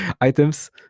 items